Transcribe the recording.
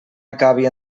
acabi